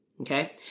Okay